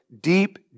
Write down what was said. deep